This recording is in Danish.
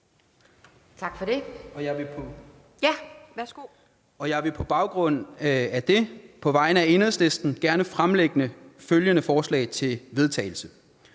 initiativer. Jeg vil på baggrund af det og på vegne af Enhedslisten gerne fremsætte følgende: Forslag til vedtagelse